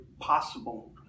possible